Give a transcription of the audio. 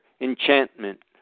enchantment